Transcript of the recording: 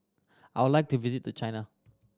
I would like to visit China